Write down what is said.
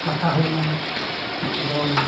ᱠᱟᱛᱷᱟ ᱦᱩᱭᱱᱟ ᱡᱮᱢᱚᱱ